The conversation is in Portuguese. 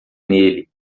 nele